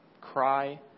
cry